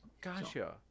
gotcha